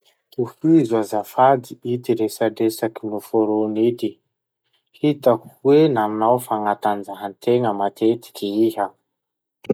Tohizo azafady ity resadresaky noforony ity: Hitako hoe nanao fagnatanjahantena matetiky iha.